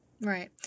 Right